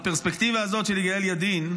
הפרספקטיבה הזאת של יגאל ידין,